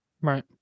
Right